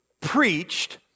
preached